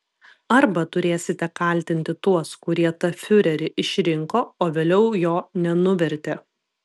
arba turėsite kaltinti tuos kurie tą fiurerį išrinko o vėliau jo nenuvertė